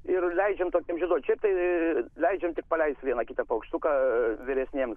ir leidžiam tokiem žieduot šiaip tai leidžiam tik paleist vieną kitą paukštuką vyresniems